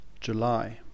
July